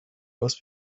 most